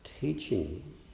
teaching